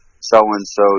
so-and-so